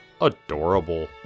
adorable